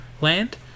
land